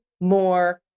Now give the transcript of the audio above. more